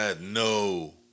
No